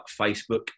Facebook